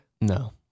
No